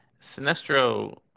Sinestro